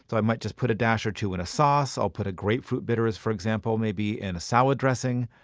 so i might just put a dash or two in a sauce i'll put a grapefruit bitters, for example, maybe in and a salad dressing.